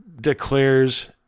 declares